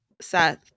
Seth